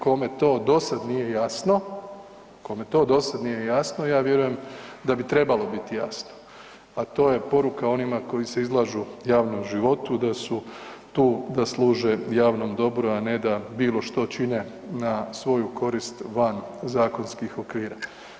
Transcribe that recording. Kome to dosada nije jasno, kome to dosada nije jasno ja vjerujem da bi trebalo biti jasno, a to je poruka onima koji se izlažu javnom životu da su tu da služe javnom dobru, a ne da bilo što čine na svoju korist van zakonskih okvira.